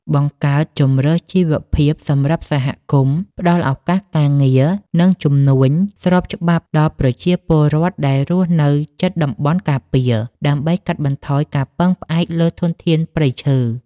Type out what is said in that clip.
បង្កើតជម្រើសជីវភាពសម្រាប់សហគមន៍ ផ្ដល់ឱកាសការងារ និងជំនួញស្របច្បាប់ដល់ប្រជាពលរដ្ឋដែលរស់នៅជិតតំបន់ការពារ ដើម្បីកាត់បន្ថយការពឹងផ្អែកលើធនធានព្រៃឈើ។